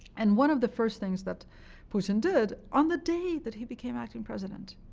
and one of the first things that putin did, on the day that he became acting president,